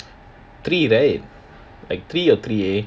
three right like three or three A